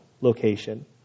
location